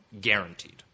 guaranteed